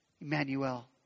Emmanuel